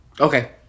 Okay